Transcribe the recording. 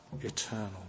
eternal